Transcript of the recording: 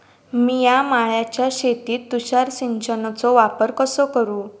मिया माळ्याच्या शेतीत तुषार सिंचनचो वापर कसो करू?